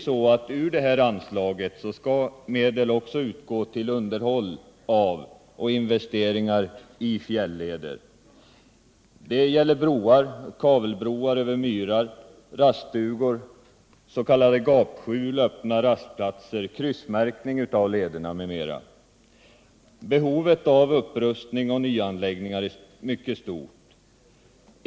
Ur anslaget skall nämligen också medel utgå till underhåll av och investeringar i fjälleder: broar, kabelbroar, raststugor, gapskjul, öppna rastplatser, kryssmärkning av lederna m.m. Behovet av upprustning och nyanläggningar är stort.